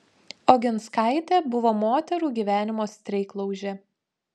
oginskaitė buvo moterų gyvenimo streiklaužė